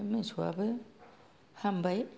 ओमफ्राइ मोसौआबो हामबाय